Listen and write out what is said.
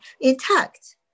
intact